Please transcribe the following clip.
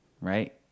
right